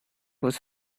was